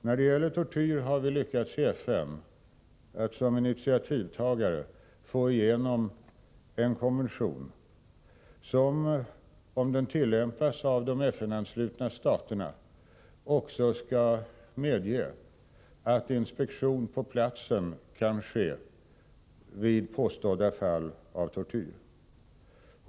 När det gäller tortyr har vi som initiativtagare lyckats att i FN få igenom en konvention som, om den tillämpas av de FN-anslutna staterna, skall medge att inspektion på platsen kan ske vid påstådda fall av tortyr.